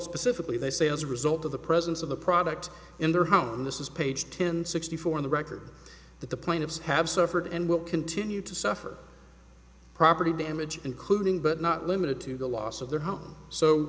specifically they say as a result of the presence of the product in their home this is page ten sixty four in the record that the plaintiffs have suffered and will continue to suffer property damage including but not limited to the loss of their home so